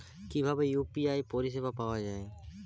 কিভাবে ইউ.পি.আই পরিসেবা পাওয়া য়ায়?